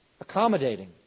accommodating